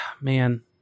man